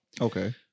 Okay